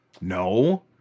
No